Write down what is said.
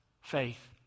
faith